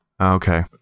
Okay